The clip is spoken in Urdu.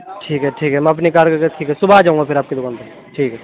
ٹھیک ہے ٹھیک ہے میں اپنی کار لے کر کے صُبح آجاؤں گا پھر آپ کی دُکان پہ ٹھیک ہے